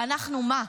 ואנחנו מה?